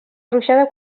ruixada